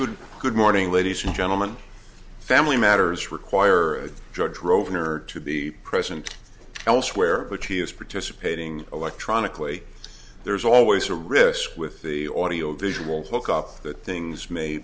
good good morning ladies and gentlemen family matters require a judge drove her to be present elsewhere but she is participating electronically there's always a risk with the audio visual hook up that things may